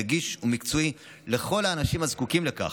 נגיש ומקצועי לכל האנשים הזקוקים לכך.